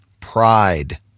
pride